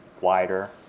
wider